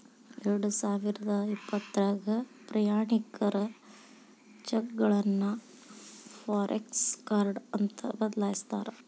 ಎರಡಸಾವಿರದ ಇಪ್ಪತ್ರಾಗ ಪ್ರಯಾಣಿಕರ ಚೆಕ್ಗಳನ್ನ ಫಾರೆಕ್ಸ ಕಾರ್ಡ್ ಅಂತ ಬದಲಾಯ್ಸ್ಯಾರ